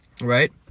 right